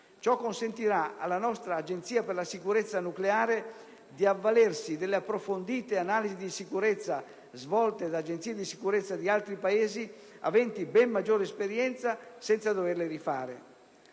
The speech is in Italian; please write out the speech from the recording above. Ciò consentirà alla nostra Agenzia per la sicurezza nucleare di avvalersi delle approfondite analisi di sicurezza svolte da Agenzie di sicurezza di altri Paesi, aventi ben maggiore esperienza, senza doverle rifare.